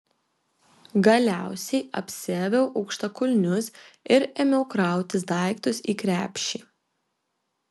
galiausiai apsiaviau aukštakulnius ir ėmiau krautis daiktus į krepšį